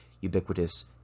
ubiquitous